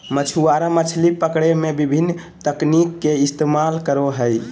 मछुआरा मछली पकड़े में विभिन्न तकनीक के इस्तेमाल करो हइ